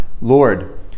Lord